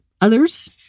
others